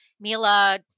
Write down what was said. Mila